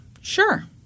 sure